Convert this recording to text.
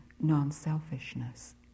non-selfishness